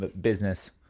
business